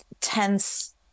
tense